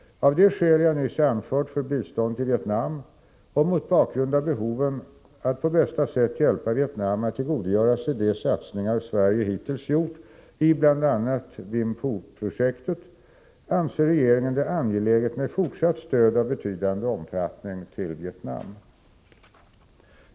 Av de skäl jag nyss anfört för bistånd till Vietnam och mot bakgrund av behoven att på bästa sätt hjälpa Vietnam att tillgodogöra sig de satsningar Sverige hittills gjort i bl.a. Vinh Phu-projektet anser regeringen det angeläget med fortsatt stöd av betydande omfattning till Vietnam.